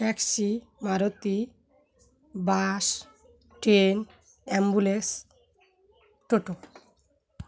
taxi Maruti bus train ambulance toto